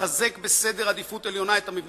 לחזק, בעדיפות עליונה, את המבנים